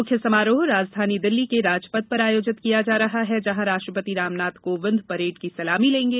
मुख्य समारोह राजधानी दिल्ली के राजप्थ पर आयोजित किया जा रहा है जहां राष्ट्रपति रामनाथ कोविन्द परेड की सलामी लेंगे